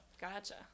Gotcha